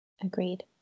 Agreed